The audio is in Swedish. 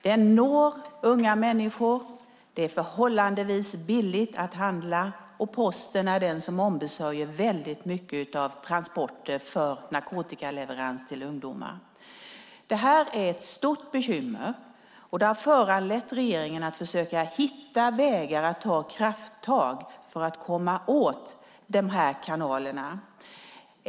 Den når unga människor, det är förhållandevis billigt att handla och Posten ombesörjer väldigt mycket av transporterna för narkotikaleverans till ungdomar. Detta är ett stort bekymmer, och det har föranlett regeringen att försöka hitta vägar att ta krafttag för att komma åt de här kanalerna.